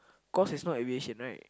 course is not aviation right